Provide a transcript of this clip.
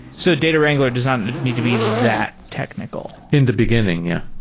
so a data wrangler does ah not need to be that technical in the beginning, yeah.